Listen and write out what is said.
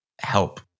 help